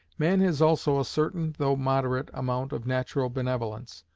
man has also a certain, though moderate, amount of natural benevolence.